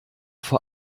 vor